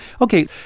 Okay